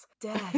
dead